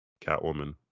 Catwoman